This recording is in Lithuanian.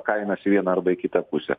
kainas į vieną arba į kitą pusę